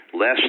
less